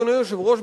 אדוני היושב-ראש,